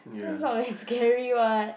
that's not very scary [what]